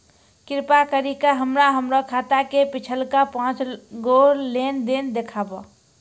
कृपा करि के हमरा हमरो खाता के पिछलका पांच गो लेन देन देखाबो